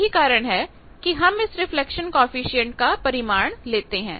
यही कारण है कि हम इस रिफ्लेक्शन कॉएफिशिएंट का परिमाण लेते हैं